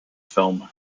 film